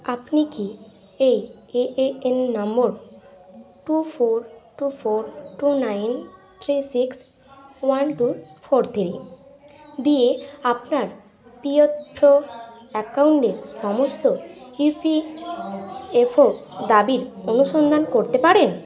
আপনি কি এই এএএন number two four two four two nine three six one two four three দিয়ে আপনার পিএফও অ্যাকাউন্টের সমস্ত ইপিএফও দাবির অনুসন্ধান করতে পারেন